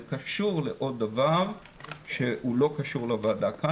זה קשור לעוד דבר שלא קשור לוועדה כאן